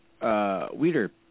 Weeder